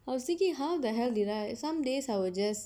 I was thinking how the hell did I some days I will just